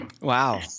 Wow